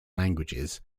languages